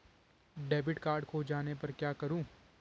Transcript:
Debit card खो जाने पर क्या करूँ?